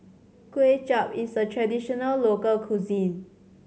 Kuay Chap is a traditional local cuisine